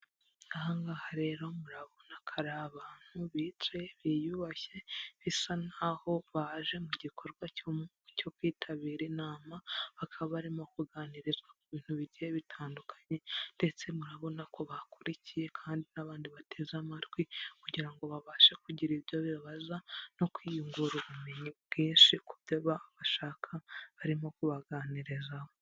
Aha ngaha rero murabona ko ari abantu bicaye biyubashye, bisa naho baje mu gikorwa cyo kwitabira inama, bakaba barimo kuganirizwa ku bintu bigiye bitandukanye, ndetse murabona ko bakurikiye kandi n'abandi bateze amatwi, kugira ngo babashe kugira ibyo bibaza, no kwiyungura ubumenyi bwinshi ku byo ba bashaka barimo kubaganirizaho.